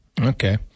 Okay